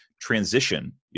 transition